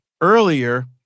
earlier